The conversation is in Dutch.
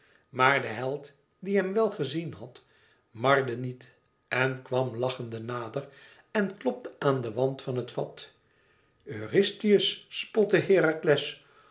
maar de held die hem wel gezien had marde niet en kwam lachende nader en klopte aan den wand van het vat eurystheus spotte herakles